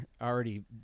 already